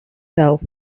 sell